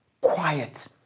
quiet